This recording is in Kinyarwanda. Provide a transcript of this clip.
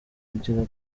kugera